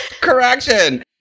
correction